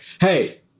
hey